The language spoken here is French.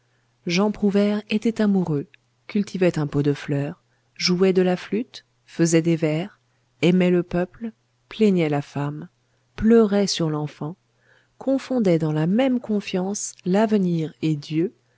jean prouvaire était amoureux cultivait un pot de fleurs jouait de la flûte faisait des vers aimait le peuple plaignait la femme pleurait sur l'enfant confondait dans la même confiance l'avenir et dieu